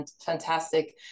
fantastic